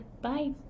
bye